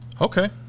okay